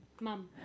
Mom